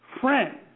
friend